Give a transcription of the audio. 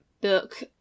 book